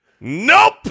Nope